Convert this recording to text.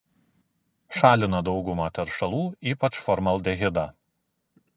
šalina daugumą teršalų ypač formaldehidą